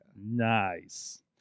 Nice